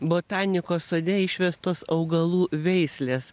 botanikos sode išvestos augalų veislės